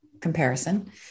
comparison